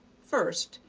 first,